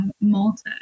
Malta